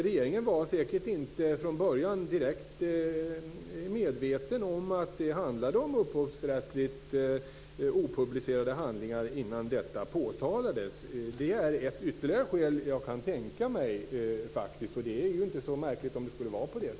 Regeringen var säkert inte från början införstådd med att det handlade om upphovsrättsligt opublicerade handlingar innan detta påtalades.